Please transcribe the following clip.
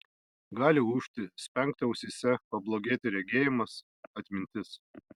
gali ūžti spengti ausyse pablogėti regėjimas atmintis